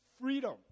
freedom